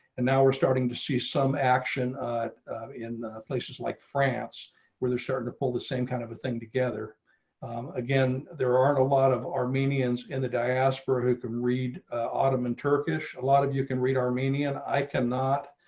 and now we're starting to see some action in places like france where they're starting to pull the same kind of a thing together again. there aren't a lot of armenians in the diaspora who can read autumn and turkish. a lot of you can read armenian i cannot